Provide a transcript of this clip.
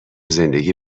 زندگی